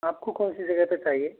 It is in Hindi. आपको कौन सी जगह पे चाहिए